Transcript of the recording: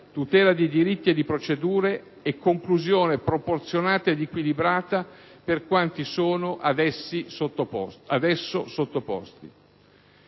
tutela di diritti e di procedure e conclusione proporzionata ed equilibrata per quanti sono ad esso sottoposti,